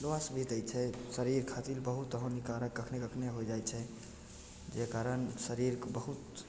भी दै छै शरीर खातिर बहुत हानिकारक कखनी कखनी होइ जाइ छै जाहि कारण शरीरके बहुत